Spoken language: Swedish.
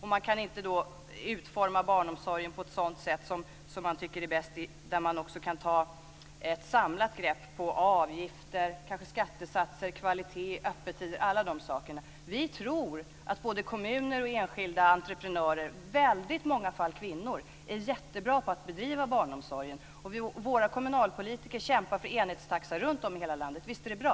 Då kan de inte utforma barnomsorgen på ett sådant sätt som de tycker är bäst. Det handlar om att ta ett samlat grepp i fråga om avgifter, skattesatser, kvalitet, öppettider och alla de sakerna. Vi tror att både kommuner och enskilda entreprenörer, i väldigt många fall kvinnor, är jättebra på att bedriva barnomsorg. Våra kommunalpolitiker kämpar för enhetstaxa runtom i hela landet. Visst är det bra.